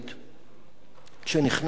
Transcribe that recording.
כשנכנסתי למולדת